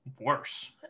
worse